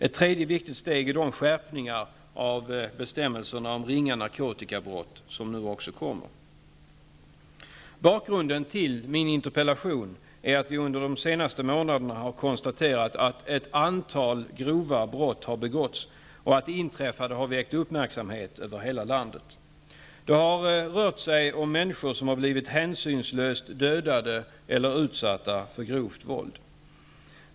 Ytterligare ett viktigt steg är de skärpningar av bestämmelserna om ringa narkotikabrott som nu också kommer. Bakgrunden till min interpellation är att vi under de senaste månaderna har konstaterat att ett antal grova brott har begåtts och att det inträffade har väckt uppmärksamhet över hela landet. Det har rört sig om människor som har blivit hänsynslöst dödade eller utsatta för grovt våld.